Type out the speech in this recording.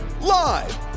Live